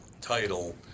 title